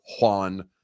Juan